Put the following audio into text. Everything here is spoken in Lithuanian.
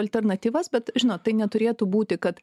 alternatyvas bet žinot tai neturėtų būti kad